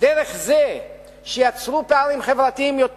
דרך זה שיצרו פערים חברתיים יותר